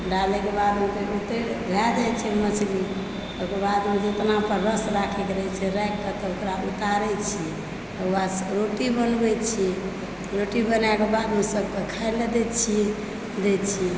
डालएके बाद भए जाइत छै मछली तकर बादमे जेतना ओकर रस राखएके रहए छै राखि कऽ ओकरा उतारै छी तकर बादसंँ रोटी बनबए छी रोटी बनाए कऽ बादमे सबकेँ खाए लऽ दए छियै दए छी